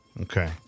Okay